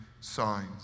signs